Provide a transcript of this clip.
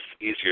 easier